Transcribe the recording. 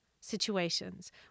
situations